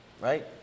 right